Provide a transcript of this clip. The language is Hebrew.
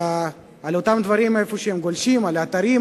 לאותם אתרים וצ'אטים שהם גולשים בהם,